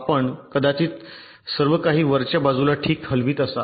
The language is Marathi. आपण कदाचित सर्वकाही वरच्या बाजूस ठीक हलवित असाल